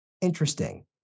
Interesting